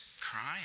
crying